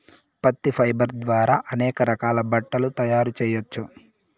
పత్తి ఫైబర్ ద్వారా అనేక రకాల బట్టలు తయారు చేయచ్చు